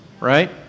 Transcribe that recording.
right